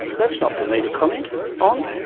that's not for me to comment on.